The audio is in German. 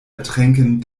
ertränken